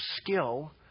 skill